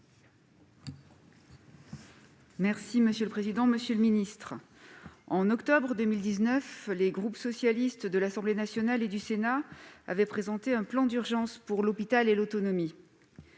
parole est à Mme Isabelle Briquet. En octobre 2019, les groupes socialistes de l'Assemblée nationale et du Sénat avaient présenté un plan d'urgence pour l'hôpital et l'autonomie.